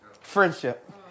Friendship